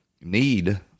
need